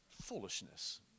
foolishness